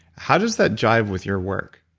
how does that jive with your work?